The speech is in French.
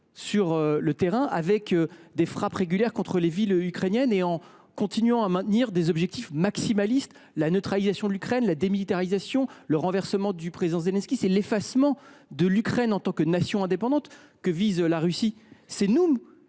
sur le terrain avec des frappes régulières contre les villes ukrainiennes et maintient des objectifs maximalistes, comme la neutralisation de l’Ukraine, sa démilitarisation, le renversement du président Zelensky… C’est l’effacement de l’Ukraine en tant que nation indépendante que vise la Russie. C’est nous